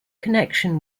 connection